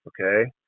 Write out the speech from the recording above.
Okay